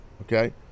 Okay